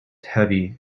heavy